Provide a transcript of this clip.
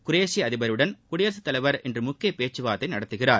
குரேஷிய அதிபருடன் குடியரசுத் தலைவர் இன்று முக்கிய பேச்சு வார்த்தை நடத்துகிறார்